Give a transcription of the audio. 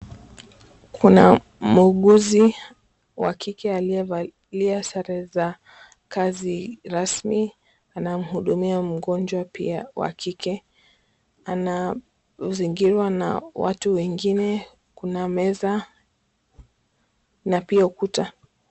Kuna muuguzi wa kike aliyevalia sare za kazi rasmi. Anamhudumia mgonjwa pia wa kike, anazingirwa na watu wengine kuna meza na pia ukuta.